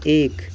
एक